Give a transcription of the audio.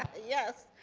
yes!